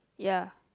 ya